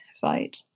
fight